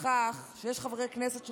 בכך שיש חברי כנסת שחושבים,